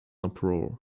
uproar